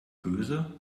böse